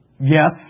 yes